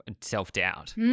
self-doubt